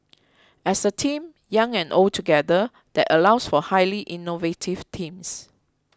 as a team young and old together that allows for highly innovative teams